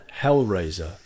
Hellraiser